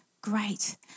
Great